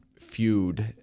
feud